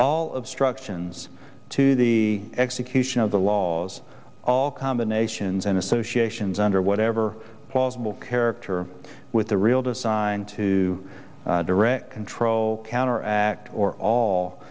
all of struction zx to the execution of the laws all combinations and associations under whatever plausible character with the real design to direct control counteract or all